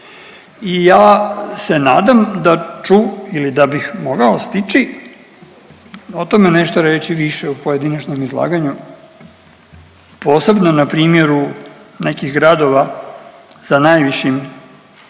I ja se nadam da ću ili da bih mogao stići o tome nešto reći više u pojedinačnom izlaganju posebno na primjeru nekih gradova sa najvišim